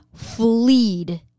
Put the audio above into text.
fleed